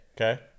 okay